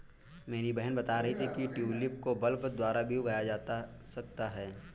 मेरी बहन बता रही थी कि ट्यूलिप को बल्ब द्वारा भी उगाया जा सकता है